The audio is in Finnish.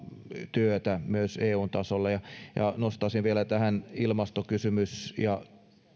työtä myös eun tasolla nostaisin vielä tähän ilmastokysymyksen ja